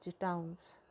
towns